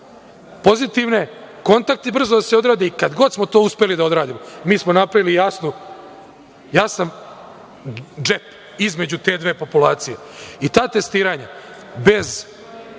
pozitivne kontakte i brzo da se odradi i kad god smo uspeli to da odradimo, mi smo napravili jasan džep između te dve populacije. Ta testiranja bez